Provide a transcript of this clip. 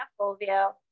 Fulvio